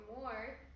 more